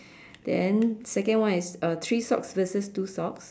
then second one is uh three socks versus two socks